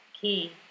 key